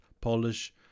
Polish